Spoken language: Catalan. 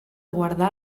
guardar